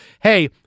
hey